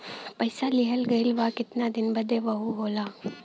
पइसा लिहल गइल बा केतना दिन बदे वहू होला